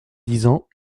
disant